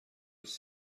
was